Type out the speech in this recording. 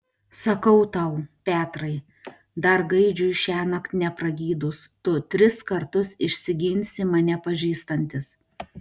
sakau tau petrai dar gaidžiui šiąnakt nepragydus tu tris kartus išsiginsi mane pažįstantis